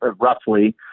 roughly